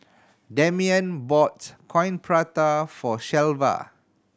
Damian bought Coin Prata for Shelva